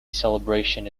celebration